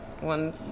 One